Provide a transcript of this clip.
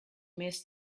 miss